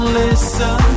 listen